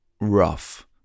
rough